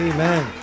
Amen